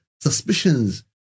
suspicions